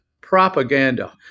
propaganda